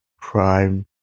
Prime